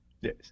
Yes